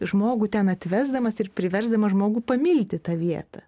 žmogų ten atvesdamas ir priversdamas žmogų pamilti tą vietą